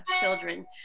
children